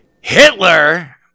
Hitler